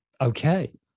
okay